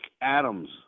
Adams